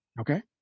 Okay